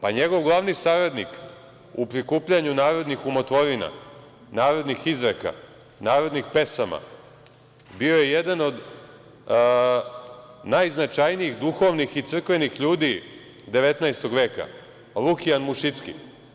Pa, njegov glavni saradnik u prikupljanju narodnih umotvorina i narodnih izreka, narodnih pesama, bio je jedan od najznačajnijih duhovnih i crkvenih ljudi 19. veka Lukijan Mušicki.